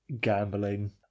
gambling